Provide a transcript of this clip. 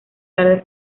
tarde